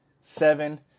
Seven